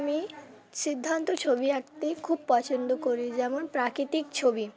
আমি সিদ্ধান্ত ছবি আঁকতে খুব পছন্দ করি যেমন প্রাকৃতিক ছবি